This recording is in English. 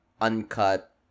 uncut